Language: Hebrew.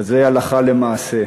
אז זה הלכה למעשה.